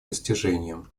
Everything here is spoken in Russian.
достижением